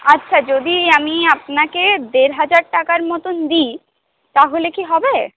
আচ্ছা যদি আমি আপনাকে দেড় হাজার টাকার মতন দিই তাহলে কি হবে